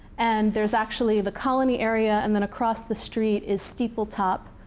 and there's actually the colony area, and then across the street is steepletop,